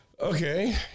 Okay